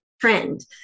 trend